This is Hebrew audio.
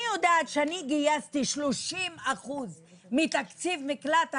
אני יודעת שאני גייסתי 30% מתקציב מקלט הנערות.